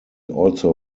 also